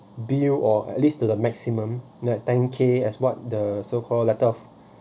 build or at least to the maximum ten K as what the so called letter of